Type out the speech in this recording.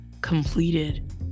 completed